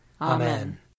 Amen